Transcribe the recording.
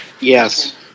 yes